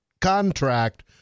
contract